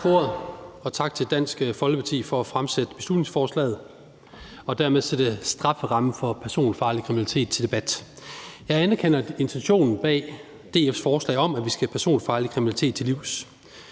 og tak til Dansk Folkeparti for at have fremsat beslutningsforslaget og dermed sætte strafferammen for personfarlig kriminalitet til debat. Jeg anerkender intentionen bag DF's forslag, nemlig at vi skal personfarlig kriminalitet til livs.